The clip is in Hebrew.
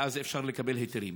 ואז אפשר לקבל היתרים.